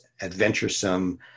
adventuresome